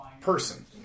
person